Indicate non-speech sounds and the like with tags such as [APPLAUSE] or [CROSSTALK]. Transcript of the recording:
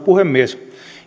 [UNINTELLIGIBLE] puhemies